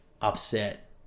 upset